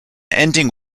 ending